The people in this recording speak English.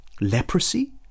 leprosy